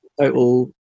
Total